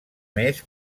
més